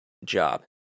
job